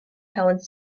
helens